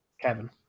Kevin